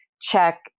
check